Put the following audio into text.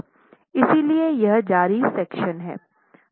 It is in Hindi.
इसलिए यह जारी सेक्शन है